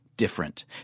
different